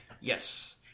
Yes